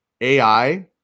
AI